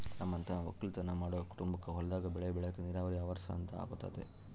ನಮ್ಮಂತ ವಕ್ಕಲುತನ ಮಾಡೊ ಕುಟುಂಬಕ್ಕ ಹೊಲದಾಗ ಬೆಳೆ ಬೆಳೆಕ ನೀರಾವರಿ ಅವರ್ಸ ಅಂತ ಗೊತತೆ